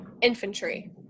infantry